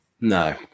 No